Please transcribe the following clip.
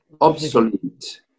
obsolete